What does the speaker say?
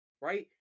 right